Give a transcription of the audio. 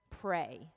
pray